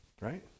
Right